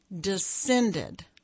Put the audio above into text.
descended